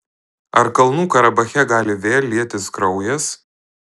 ar kalnų karabache gali vėl lietis kraujas